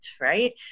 right